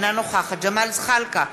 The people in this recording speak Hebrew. אינה נוכחת ג'מאל זחאלקה,